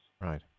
Right